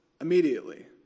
immediately